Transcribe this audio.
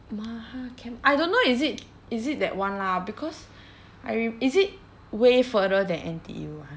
MahaChem I don't know is it is it that one lah because I re~ is it way further than N_T_U [one]